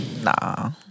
Nah